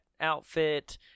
outfit